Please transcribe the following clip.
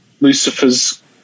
Lucifer's